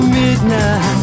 midnight